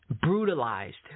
brutalized